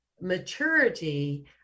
maturity